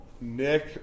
Nick